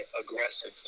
aggressive